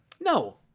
No